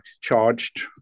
charged